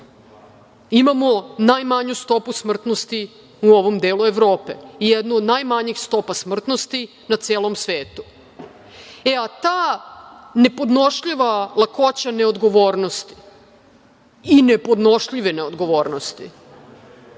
imamo najmanju stopu smrtnosti u ovom delu Evrope i jednu od najmanjih stopa smrtnosti na celom svetu. E, ta nepodnošljiva lakoća neodgovornosti i nepodnošljive neodgovornosti,